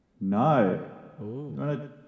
No